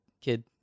kid